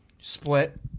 split